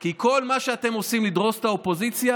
כי כל מה שאתם עושים לדרוס את האופוזיציה.